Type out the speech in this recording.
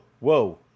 whoa